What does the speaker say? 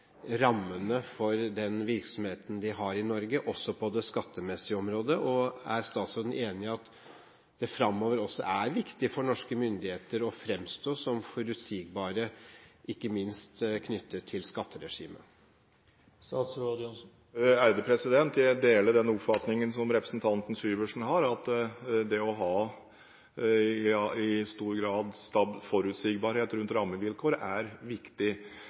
rammene for den virksomheten de har i Norge, også på det skattemessige området? Og er statsråden enig i at det også fremover er viktig for norske myndigheter å fremstå som forutsigbare – ikke minst når det gjelder skatteregimet? Jeg deler den oppfatningen som representanten Syversen har, at det i stor grad er viktig å ha forutsigbarhet rundt rammevilkår.